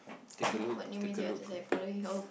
um what new music or artists are you following oh